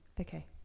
Okay